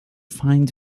find